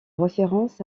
référence